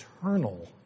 eternal